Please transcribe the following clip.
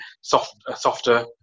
softer